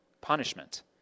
punishment